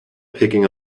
picking